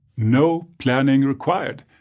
no planning required,